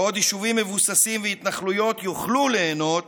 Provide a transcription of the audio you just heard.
בעוד יישובים מבוססים והתנחלויות יוכלו ליהנות